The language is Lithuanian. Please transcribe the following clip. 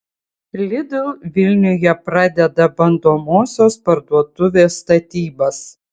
lidl vilniuje pradeda bandomosios parduotuvės statybas